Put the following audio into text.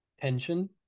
tension